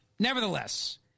Nevertheless